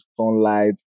sunlight